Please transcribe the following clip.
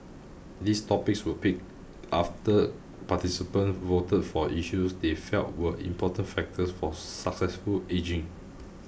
these topics were picked after participants voted for issues they felt were important factors for successful ageing